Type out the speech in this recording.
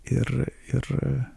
ir ir